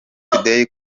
tudeyi